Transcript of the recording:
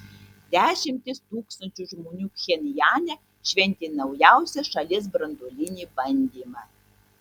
dešimtys tūkstančių žmonių pchenjane šventė naujausią šalies branduolinį bandymą